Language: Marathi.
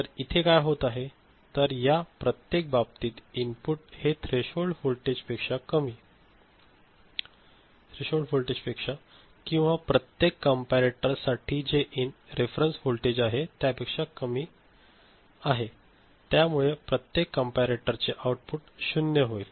तर इथे काय होत आहे तर या प्रत्येक बाबतीत इनपुट हे थ्रेशोल्ड व्होल्टेजपेक्षा किंवा प्रत्येक कॅम्परेटोरसाठी जे रेफेरेंस व्होल्टेज आहे त्या पेक्षा कमी आहे त्यामुळे प्रत्येक कॅम्परेटोर चे आउटपुट शून्य होईल